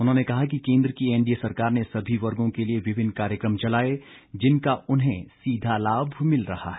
उन्होंने कहा कि केंद्र की एनडीए सरकार ने सभी वर्गो के लिए विभिन्न कार्यकम चलाए जिनका उन्हें सीधा लाभ मिल रहा है